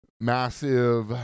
massive